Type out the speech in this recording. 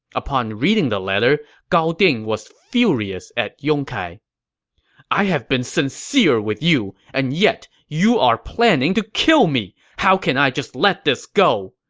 upon reading the letter, gao ding was furious at yong kai i have been sincere with you, and yet you are planning to kill me! how can i let this go!